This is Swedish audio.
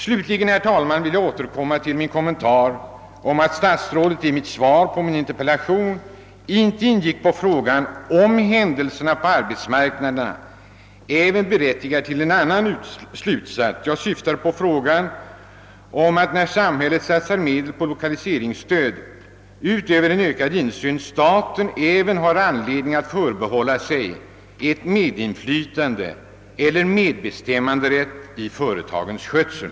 Slutligen, herr talman, vill jag återkomma till min kommentar till att statsrådet i sitt svar på min interpellation inte ingick på frågan om huruvida händelserna på arbetsmarknaden även berättigar till en annan slutsats; jag syftar på om staten, när den satsar medel på lokaliseringsstöd, utöver en ökad insyn även har anledning att förbehålla sig medinflytande eller medbestämmanderätt i fråga om företagens skötsel.